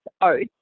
oats